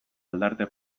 aldarte